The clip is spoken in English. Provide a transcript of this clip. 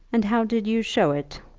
and how did you show it?